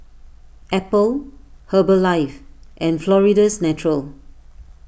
Apple Herbalife and Florida's Natural